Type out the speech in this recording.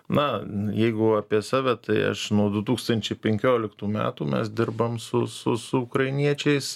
na jeigu apie save tai aš nuo du tūkstančiai penkioliktų metų mes dirbam su su su ukrainiečiais